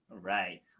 right